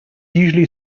usually